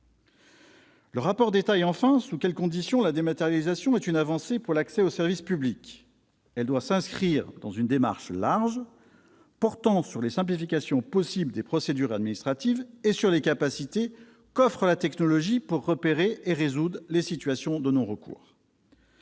Le rapport détaille enfin sous quelles conditions la dématérialisation est une avancée pour l'accès aux services publics : elle doit s'inscrire dans une démarche large portant sur les simplifications possibles des procédures administratives et sur les capacités qu'offre la technologie pour repérer et résoudre les situations de non-recours.